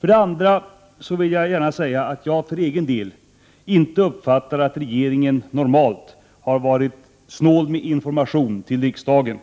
För det andra vill jag gärna säga att jag för egen del inte uppfattar att regeringen normalt har varit snål med information till riksdagen.